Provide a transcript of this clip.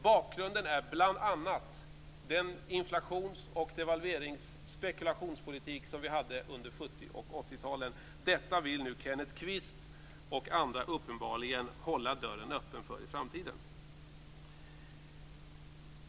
Bakgrunden är bl.a. den inflations-, devalverings och spekulationspolitik som vi hade under 70 och 80-talen. Detta vill nu Kenneth Kvist och andra uppenbarligen hålla dörren öppen för i framtiden.